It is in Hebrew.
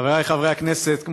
חבריי חברי הכנסת,